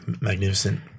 magnificent